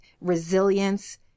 resilience